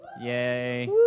yay